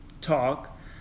talk